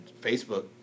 Facebook